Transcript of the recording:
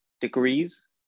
degrees